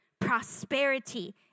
prosperity